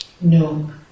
No